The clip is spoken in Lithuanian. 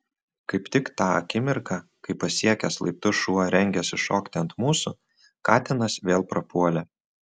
kaip tik tą akimirką kai pasiekęs laiptus šuo rengėsi šokti ant mūsų katinas vėl prapuolė